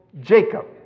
Jacob